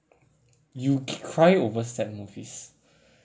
you cry over sad movies